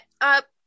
up